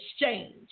exchange